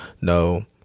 no